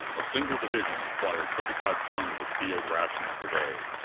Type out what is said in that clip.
a single division required thirty-five tons of field rations per day.